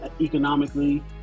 economically